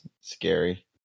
scary